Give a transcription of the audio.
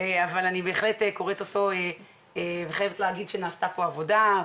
אבל אני בהחלט קוראת אותו וחייבת להגיד שנעשתה פה עבודה.